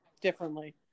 Differently